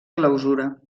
clausura